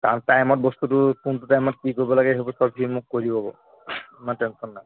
time টাইমত বস্তুটো কোনটো টাইমত কি কৰিব লাগে সেইবোৰ চব সি মোক কৈ দিব বাৰু ইমান টেনশ্যন নাই